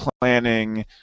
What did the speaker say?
planning